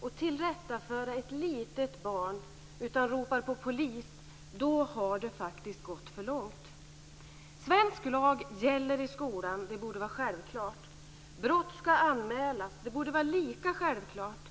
och inte kan tillrättaföra ett litet barn utan ropar på polis, då har det faktiskt gått för långt. Svensk lag gäller i skolan, det borde vara självklart. Brott skall anmälas, det borde vara lika självklart.